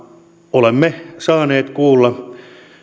olemme saaneet kuulla